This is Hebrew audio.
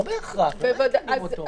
לא בהכרח, לא מעדכנים אותו.